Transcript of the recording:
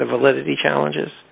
the validity challenges